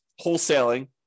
wholesaling